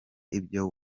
ibyo